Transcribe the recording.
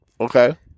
Okay